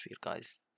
guys